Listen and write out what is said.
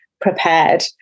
prepared